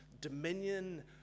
dominion